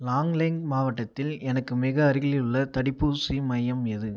லாங்லிங் மாவட்டத்தில் எனக்கு மிக அருகிலுள்ள தடுப்பூசி மையம் எது